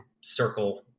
circle